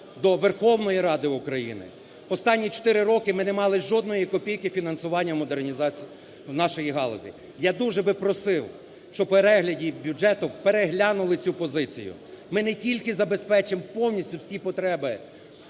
до Верховної Ради України… останні чотири роки ми не мали жодної копійки фінансування модернізації нашої галузі, я дуже би просив, щоб у перегляді бюджету переглянули цю позиції. Ми не тільки забезпечимо повністю всі потреби